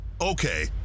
Okay